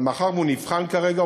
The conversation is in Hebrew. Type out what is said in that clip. אבל מאחר שהוא נבחן כרגע,